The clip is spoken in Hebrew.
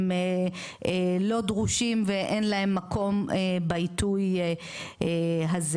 הם לא דרושים ואין להם מקום בעיתוי הזה.